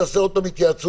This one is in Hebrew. תעשה עוד פעם התייעצות,